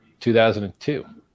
2002